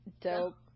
Dope